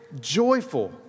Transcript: joyful